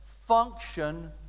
function